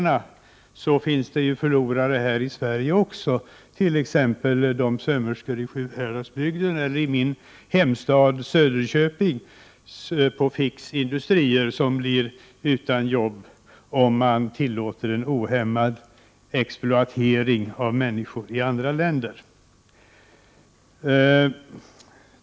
Men det finns ju förlorare även här i Sverige, t.ex. de sömmerskor i Sjuhäradsbygden eller i min hemstad, Söderköping, på Fix industrier som blir utan jobb, om man tillåter en ohämmad exploatering av människor i andra länder.